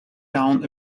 down